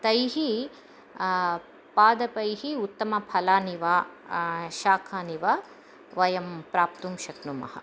तैः पादपैः उत्तमफलानि वा शाकानि वा वयं प्राप्तुं शक्नुमः